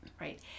right